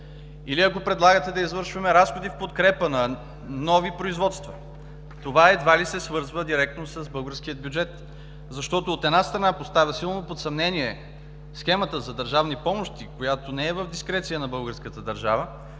или, ако предлагате да извършваме разходи в подкрепа на нови производства, това едва ли се свързва директно с българския бюджет. От една страна, защото поставя силно под съмнение схемата за държавни помощи, която не е в дискреция на българската държава.